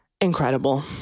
incredible